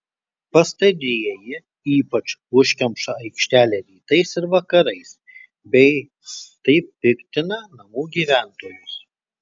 pastarieji ypač užkemša aikštelę rytais ir vakarais bei taip piktina namų gyventojus